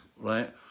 right